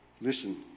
listen